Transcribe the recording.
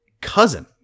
Cousin